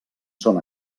són